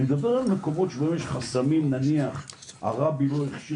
אני מדבר על מקומות שבהם יש חסמים נניח הרבי לא הכשיר